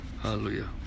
Hallelujah